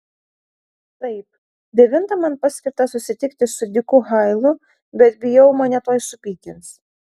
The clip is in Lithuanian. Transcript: taip devintą man paskirta susitikti su diku hailu bet bijau mane tuoj supykins